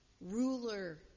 Ruler